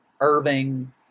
Irving